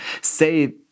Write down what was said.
say